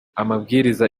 amabwiriza